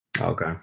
Okay